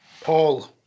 Paul